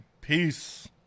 peace